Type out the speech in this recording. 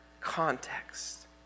context